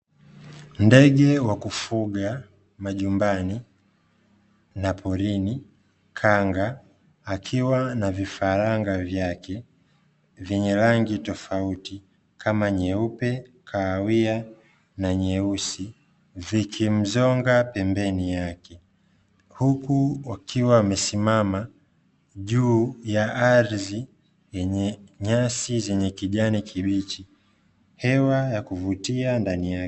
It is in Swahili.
Ndege wa kufuga majumbani na porini: Kanga akiwa na vifaranga vyake vyenye rangi tofauti, kama nyeupe, kahawia, na nyeusi, vikimzonga pembeni yake, huku wakiwa wamesimama juu ya ardhi yenye nyasi zenye kijani kibichi, hewa ya kuvutia ndani yake.